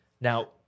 Now